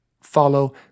follow